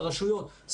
לרשויות,